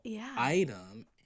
item